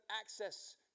access